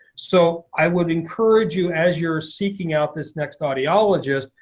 so i would encourage you, as you are seeking out this next audiologist,